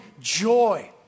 joy